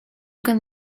can